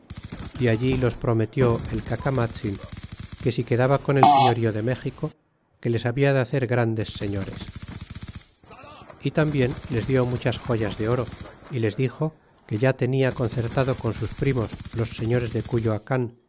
y allí los prometió el cacamatzin que si quedaba con elseriorío de méxico que les habla de hacer grandes señores y tambien les dió muchas joyas de oro y les dixo que ya tenia concertado con sus primos los señores de cuyoacan